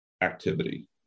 activity